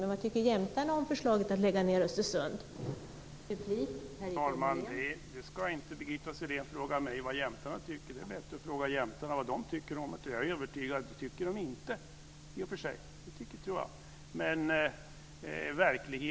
Men vad tycker jämtarna om förslaget att lägga ned förbanden i Östersund?